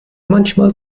manchmal